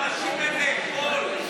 לאנשים אין מה לאכול.